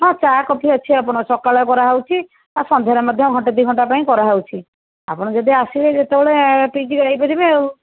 ହଁ ଚା କଫି ଅଛି ଆପଣ ସକାଳେ କରାହେଉଛି ଆଉ ସନ୍ଧ୍ୟାରେ ମଧ୍ୟ ଘଣ୍ଟେ ଦୁଇ ଘଣ୍ଟା ପାଇଁ କରାହେଉଛି ଆପଣ ଯଦି ଆସିବେ ଯେତେବେଳେ ପିଇକି ଯାଇପାରିବେ ଆଉ